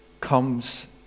comes